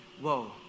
Whoa